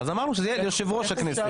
אז אמרנו שזה יהיה ליושב ראש הכנסת.